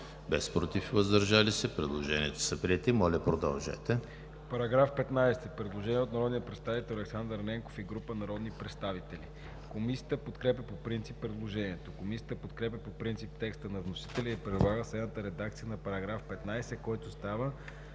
77, против и въздържали се няма. Предложенията са приети. ДОКЛАДЧИК АЛЕКСАНДЪР НЕНКОВ: По § 15 има предложение от народния представител Александър Ненков и група народни представители. Комисията подкрепя по принцип предложението. Комисията подкрепя по принцип текста на вносителя и предлага следната редакция на § 15, който става